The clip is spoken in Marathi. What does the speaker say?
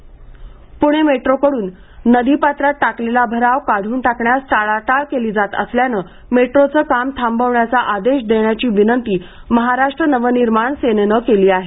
मेट्रो भराव प्णे मेट्रो कडून नदी पात्रात टाकलेला भराव काढून टाकण्यास टाळाटाळ केली जात असल्याने मेट्रोचे काम थांबवण्याचा आदेश देण्याची विनंती महाराष्ट्र नवनिर्माण सेनेने केली आहे